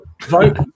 vote